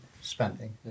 spending